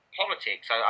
politics